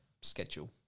schedule